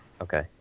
Okay